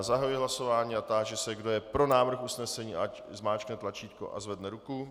Zahajuji hlasování a táži se, kdo je pro návrh usnesení, ať zmáčkne tlačítko a zvedne ruku.